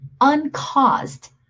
uncaused